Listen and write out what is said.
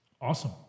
Awesome